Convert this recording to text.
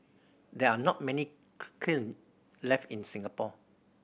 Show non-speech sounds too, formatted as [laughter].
there are not many [unintelligible] kiln left in Singapore